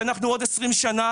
שאנחנו בעוד 20 שנים